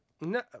No